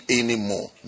anymore